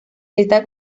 esta